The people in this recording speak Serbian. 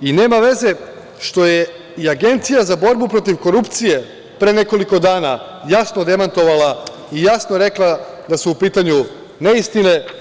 i nema veze što je i Agencija za borbu protiv korupcije pre nekoliko dana jasno demantovala i jasno rekla da su u pitanju neistine.